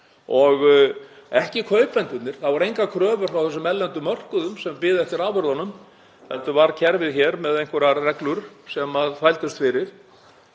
Ekki kaupendurnir, það voru engar kröfur frá þessum erlendu mörkuðum sem biðu eftir afurðunum heldur var kerfið hér með einhverjar reglur sem þvældust fyrir.